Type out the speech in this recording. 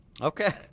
Okay